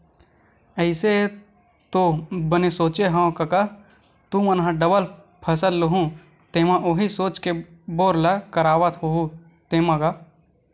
अइसे ऐ तो बने सोचे हँव कका तुमन ह डबल फसल लुहूँ तेमा उही सोच के बोर ल करवात होहू तेंमा गा?